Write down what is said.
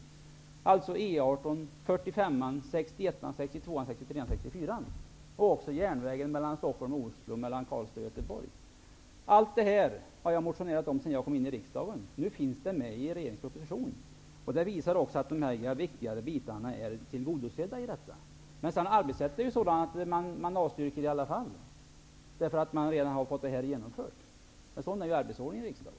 Det gäller E 18 och vägarna 45, 61, 62, 63 och 64 och järnvägen mellan Göteborg. Allt det där har jag motionerat om sedan jag kom in i riksdagen. Nu finns det med i regeringens proposition. Det visar också att dessa viktiga bitar är tillgodosedda. Arbetssättet är dock sådant att man i alla fall avstyrker motionerna, eftersom det här redan är genomfört. Sådan är arbetsordningen i riksdagen.